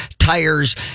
tires